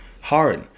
Hard